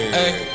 Hey